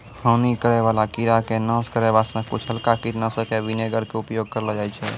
हानि करै वाला कीड़ा के नाश करै वास्तॅ कुछ हल्का कीटनाशक या विनेगर के उपयोग करलो जाय छै